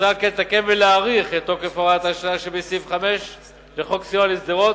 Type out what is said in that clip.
מוצע לתקן ולהאריך את תוקף הוראת השעה שבסעיף 5 לחוק סיוע לשדרות,